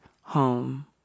home